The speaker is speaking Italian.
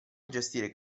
gestire